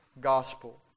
Gospel